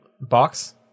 Box